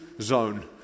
zone